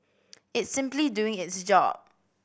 it's simply doing its job